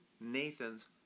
Nathan's